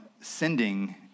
sending